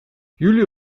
jullie